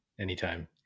anytime